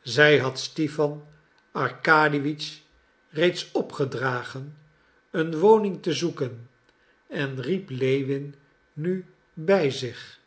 zij had stipan arkadiewitsch reeds opgedragen een woning te zoeken en riep lewin nu bij zich